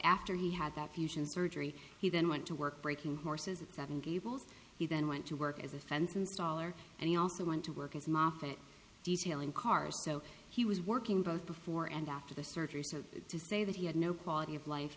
after he had that fusion surgery he then went to work breaking horses at seven gables he then went to work as a fence installer and he also went to work as moffitt detail in cars so he was working both before and after the surgery so to say that he had no quality of life